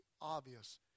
obvious